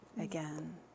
again